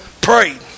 prayed